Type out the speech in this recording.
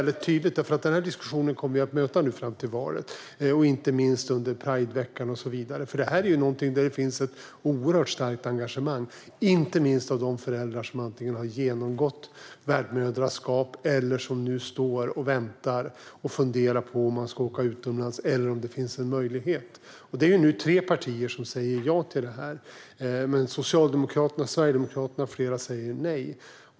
Den här diskussionen kommer vi ju att möta fram till valet, inte minst under prideveckan och så vidare. Detta är ju en fråga där det finns ett oerhört stort engagemang hos föräldrar som antingen har genomgått värdmoderskap eller som nu överväger om de ska fara utomlands och undrar om det finns någon annan möjlighet för dem. Det är nu tre partier som säger ja till detta, men Socialdemokraterna, Sverigedemokraterna och flera andra säger nej.